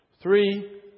Three